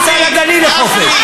אני נוסע לגליל לחופש.